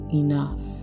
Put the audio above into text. enough